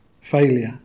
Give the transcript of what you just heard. failure